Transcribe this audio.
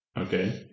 Okay